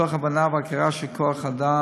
מתוך הבנה והכרה שכוח-האדם